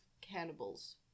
cannibals